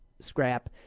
scrap